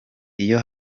iyo